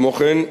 כמו כן,